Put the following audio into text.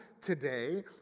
today